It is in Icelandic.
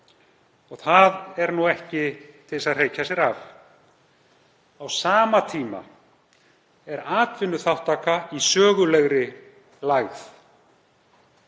Það er ekki til að hreykja sér af. Á sama tíma er atvinnuþátttaka í sögulegri lægð.